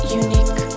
unique